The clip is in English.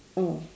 mm